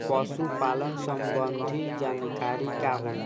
पशु पालन संबंधी जानकारी का होला?